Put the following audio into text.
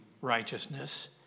righteousness